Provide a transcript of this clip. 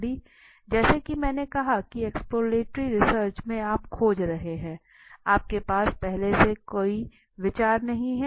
जैसा की मैंने कहा की एक्सप्लोरेटरी रिसर्च में आप खोज कर रहे हैं आपके पास पहले से कोई विचार नहीं है